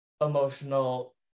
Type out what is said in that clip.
emotional